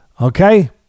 Okay